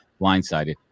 blindsided